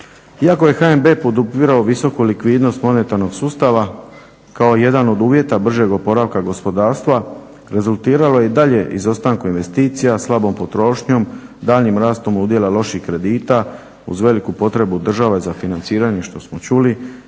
Iako je HNB podupirao visoku likvidnost monetarnog sustava kao jedan od uvjeta bržeg oporavka gospodarstva rezultiralo je i dalje izostankom investicija, slabom potrošnjom, daljnjim rastom udjela loših kredita uz veliku potrebu država za financiranje što smo čuli